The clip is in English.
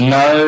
no